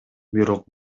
бирок